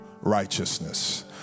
righteousness